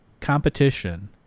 competition